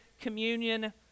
communion